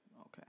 Okay